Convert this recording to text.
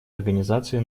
организации